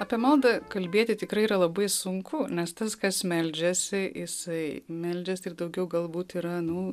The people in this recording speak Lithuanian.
apie maldą kalbėti tikrai yra labai sunku nes tas kas meldžiasi jisai meldžiasi ir daugiau galbūt yra nu